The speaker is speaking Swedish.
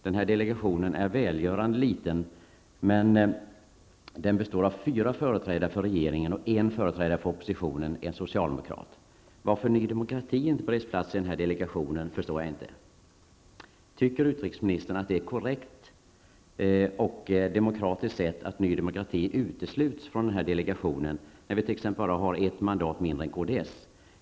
Den här delegationen är välgörande liten, men den består av fyra företrädare för regeringen och en för oppositionen -- en socialdemokrat. Varför Ny Demokrati inte beretts plats i delegationen förstår jag inte. Tycker utrikesministern att det är ett korrekt och demokratiskt sätt att Ny Demokrati utesluts från den här delegationen när vi bara har ett mandat mindre än kds?